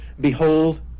behold